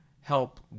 help